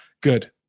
Good